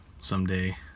someday